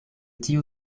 tiu